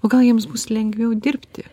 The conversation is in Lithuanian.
o gal jiems bus lengviau dirbti